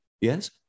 yes